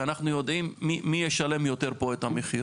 כי אנו יודעים מי ישלם את המחיר.